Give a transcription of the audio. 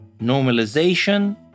normalization